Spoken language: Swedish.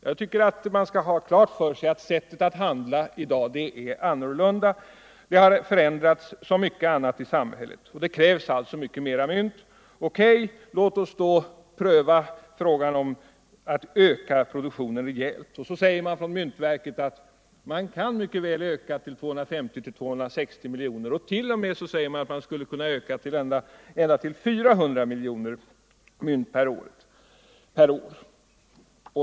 Jag tycker att man skall ha klart för sig att människornas sätt att handla och köpa varor och förnödenheter i dag är annorlunda. Här har det förändrats, som mycket annat i samhället, och det krävs alltså mycket mera mynt. O. K. — låt oss då pröva frågan om att öka produktionen rejält. Myntverket förklarar att man kan mycket väl öka till 250-260 miljoner och ända upp till 400 miljoner mynt per år.